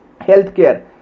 Healthcare